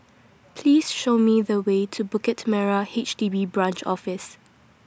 Please Show Me The Way to Bukit Merah H D B Branch Office